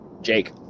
Jake